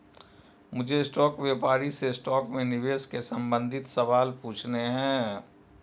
मुझे स्टॉक व्यापारी से स्टॉक में निवेश के संबंधित सवाल पूछने है